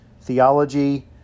theology